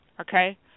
Okay